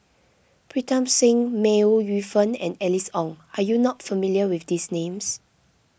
Pritam Singh May Ooi Yu Fen and Alice Ong are you not familiar with these names